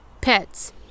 Pets